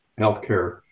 healthcare